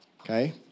Okay